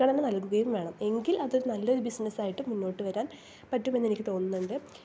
മുൻഗണന നൽകുകയും വേണം എങ്കിൽ അതൊരു നല്ലൊരു ബിസിനസ്സായിട്ട് മുന്നോട്ടു വരാൻ പറ്റും എന്നെനിക്ക് തോന്നുന്നുണ്ട്